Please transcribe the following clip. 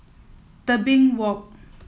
Tebing Walk